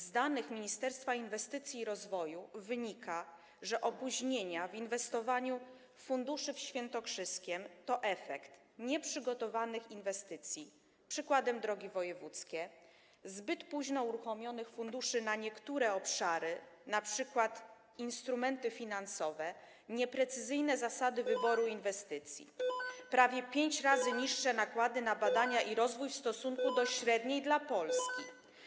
Z danych Ministerstwa Inwestycji i Rozwoju wynika, że opóźnienia w inwestowaniu funduszy w Świętokrzyskiem to efekt nieprzygotowanych inwestycji - przykładem są drogi wojewódzkie - zbyt późno uruchomionych funduszy na niektóre obszary - np. dotyczy to instrumentów finansowych - nieprecyzyjnych zasad wyboru inwestycji, prawie pięć razy niższych nakładów na badania i rozwój w stosunku do średniej dla Polski.